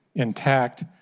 intact,